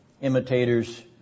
imitators